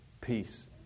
Peace